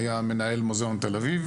היה מנהל מוזיאון תל אביב